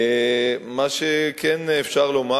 מה שכן אפשר לומר,